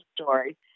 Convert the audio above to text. story